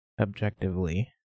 objectively